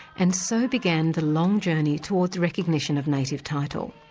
and so began the long journey towards recognition of native title.